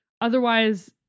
otherwise